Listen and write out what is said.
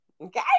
Okay